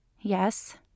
Yes